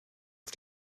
auf